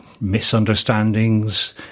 misunderstandings